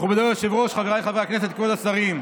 מכובדי היושב-ראש, חבריי חברי הכנסת, כבוד השרים,